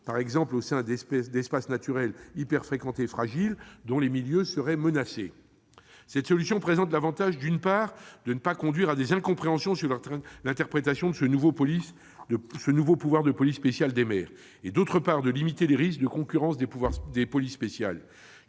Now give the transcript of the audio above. par exemple, au sein d'espaces naturels hyper-fréquentés fragiles, dont les milieux seraient menacés. Cette solution présente l'avantage, d'une part, de ne pas conduire à des incompréhensions sur l'interprétation de ce nouveau pouvoir de police spéciale des maires, et, d'autre part, de limiter le risque de concurrence des polices spéciales.